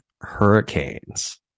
hurricanes